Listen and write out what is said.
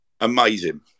Amazing